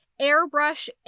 airbrush